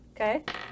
Okay